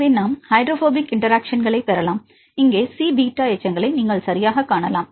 எனவே நாம் ஹைட்ரோபோபிக் இன்டெராக்ஷன்களை பெறலாம் இங்கே சி பீட்டா எச்சங்களை நீங்கள் சரியாகக் காணலாம்